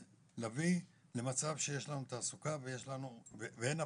להביא למצב שיש לנו תעסוקה ואין אבטלה.